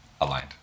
aligned